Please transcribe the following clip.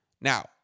Now